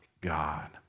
God